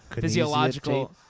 physiological